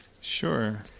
Sure